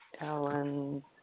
Ellen